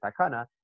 Takana